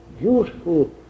beautiful